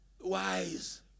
wise